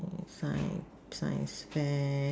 science science fair